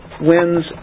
wins